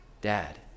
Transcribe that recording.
Dad